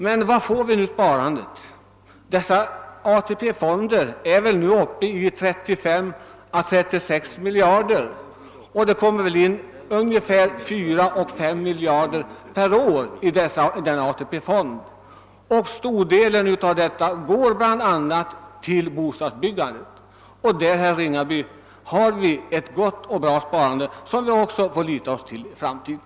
Men hur åstadkommes nu sparandet? Dessa AP-fonder är väl nu uppe i 35—36 miljarder kronor och det inflyter nog 4—5 miljarder per år. Den största delen av detta går till bl.a. bostadsbyggande. Här har vi ett bra sparande som vi också får förlita oss på i framtiden.